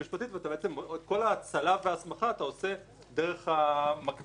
וכל ההאצלה וההסמכה אתה עושה דרך המקבילה,